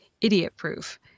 idiot-proof